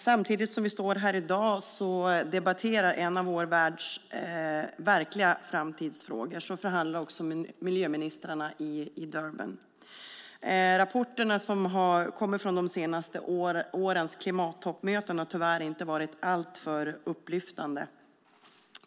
Samtidigt som vi står här i dag och debatterar en av vår världs verkligen framtidsfrågor förhandlar också miljöministrarna i Durban. Rapporterna från de senaste årens klimattoppmöten har tyvärr inte varit alltför upplyftande.